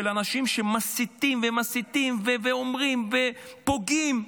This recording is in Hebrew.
אנשים שמסיתים ומסיתים ואומרים פוגעים,